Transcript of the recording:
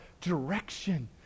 direction